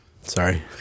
Sorry